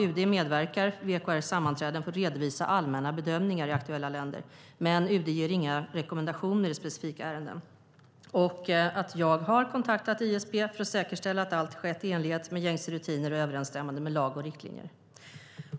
UD medverkar vid EKR:s sammanträden för att redovisa allmänna bedömningar i aktuella länder, men ger inga rekommendationer i specifika ärenden. Jag har kontaktat ISP för att säkerställa att allt har skett i enlighet med gängse rutiner och i överensstämmelse med lag och riktlinjer.